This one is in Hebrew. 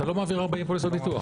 אתה לא מעביר 40 פוליסות ביטוח.